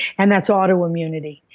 and that's autoimmunity.